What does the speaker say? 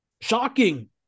Shocking